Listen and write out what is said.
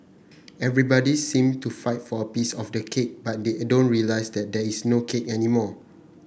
everybody seem to fight for a piece of the cake but they don't realise that there is no cake anymore